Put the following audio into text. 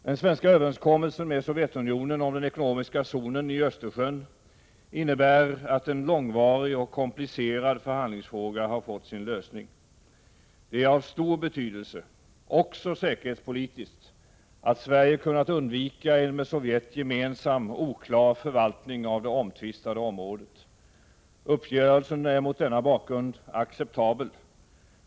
Den svenska överenskommelsen med Sovjetunionen om den ekonomiska zonen i Östersjön innebär att en långvarig och komplicerad förhandlingsfråga har fått sin lösning: Det är av stor betydelse — också säkerhetspolitiskt — att Sverige kunnat undvika en med Sovjet gemensam oklar förvaltning av det omtvistade området. Uppgörelsen är mot denna bakgrund acceptabel.